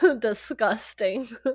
disgusting